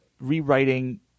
rewriting